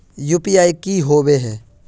UPI की होबे है?